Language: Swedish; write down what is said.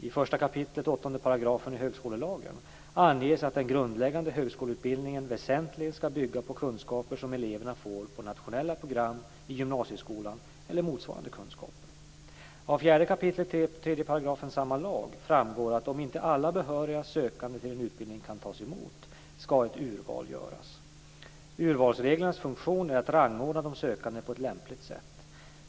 I 1 kap. 8 § högskolelagen anges att den grundläggande högskoleutbildningen väsentligen ska bygga på de kunskaper som eleverna får på nationella program i gymnasieskolan eller motsvarande kunskaper. Av 4 kap. 3 § samma lag framgår att om inte alla behöriga sökande till en utbildning kan tas emot ska ett urval göras. Urvalsreglernas funktion är att rangordna de sökande på ett lämpligt sätt.